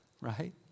right